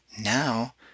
now